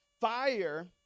fire